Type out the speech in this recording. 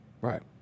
Right